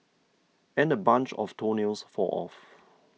and a bunch of toenails fall off